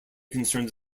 concerns